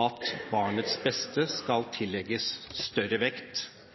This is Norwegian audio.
at barnets beste skal tillegges større vekt